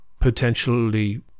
potentially